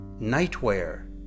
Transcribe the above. Nightwear